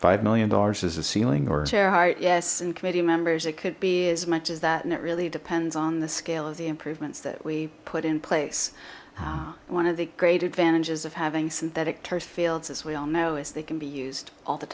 five million dollars as a ceiling or chair all right yes and committee members it could be as much as that and it really depends on the scale of the improvements that we put in place one of the great advantages of having synthetic turf fields as we all know as they can be used all the